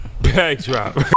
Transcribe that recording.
backdrop